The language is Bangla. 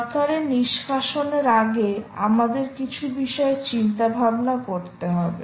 দরকারে নিষ্কাশন এর আগে আমাদের কিছু বিষয় চিন্তা ভাবনা করতে হবে